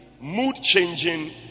mood-changing